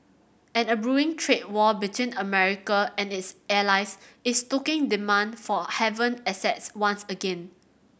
and a brewing trade war between America and its allies is stoking demand for haven assets once again